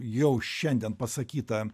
jau šiandien pasakytą